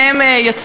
יובל אפל,